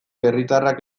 herritarrak